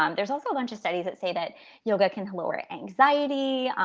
um there's also a bunch of studies that say that yoga can lower anxiety,